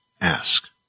ask